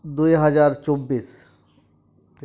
ᱫᱩᱭᱦᱟᱡᱟᱨ ᱪᱚᱵᱵᱤᱥ